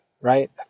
right